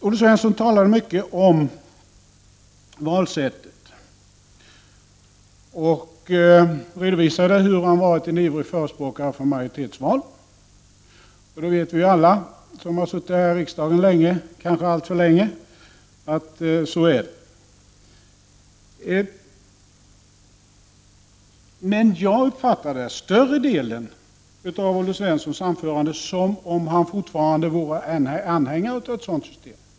Olle Svensson talade mycket om valsättet och redovisade hur han varit en ivrig förespråkare för majoritetsval. Alla vi som suttit i riksdagen länge — kanske alltför länge — vet att det är på det sättet. Men jag uppfattade större delen av Olle Svenssons anförande på det sättet att han fortfarande är anhängare av ett sådant system.